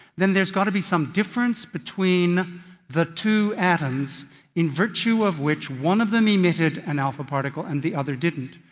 then there has got to be some difference between the two atoms in virtue of which one of them emitted an alpha particle and the other didn't.